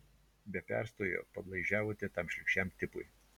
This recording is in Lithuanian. be perstojo padlaižiavote tam šlykščiam tipui